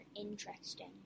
interesting